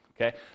Okay